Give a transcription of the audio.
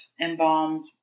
embalmed